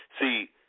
See